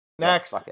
Next